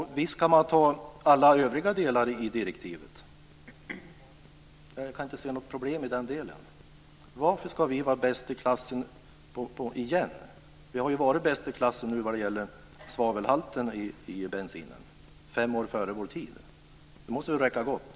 Visst kan man anta alla övriga delar i direktivet. Jag kan inte se något problem i den delen. Varför ska vi vara bäst i klassen igen? Vi har ju varit bäst i klassen när det gäller svavelhalten i bensinen och ligger fem år före vår tid. Det måste väl räcka gott.